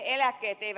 ja ed